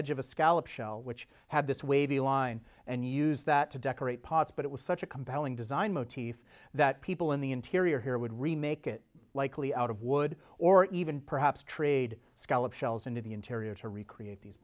edge of a scallop shell which had this wavy line and use that to decorate pots but it was such a compelling design motif that people in the interior here would remake it likely out of wood or even perhaps trade scallop shells into the interior to recreate these